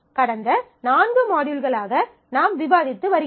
கடந்த நான்கு மாட்யூல்களாக நாம் விவாதித்து வருகிறோம்